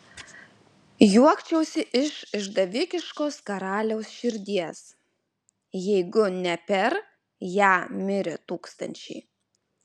juokčiausi iš išdavikiškos karaliaus širdies jeigu ne per ją mirę tūkstančiai